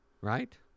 Right